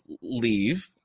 leave